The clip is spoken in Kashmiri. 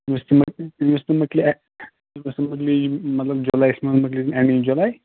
تٔمِس تہِ مۅکلہِ تٔمِس تہِ مۅکلہِ ایٚگ تٔمِس تہِ مۅکلہِ مَطلَب جُلےَ یَس منٛز مۅکلہِ ایٚنٛڈِنٛگ جُلَے